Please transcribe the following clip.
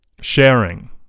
sharing